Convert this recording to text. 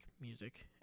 music